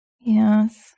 Yes